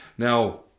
Now